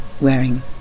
wearing